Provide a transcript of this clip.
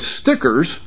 stickers